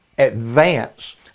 advance